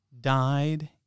died